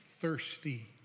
thirsty